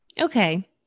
Okay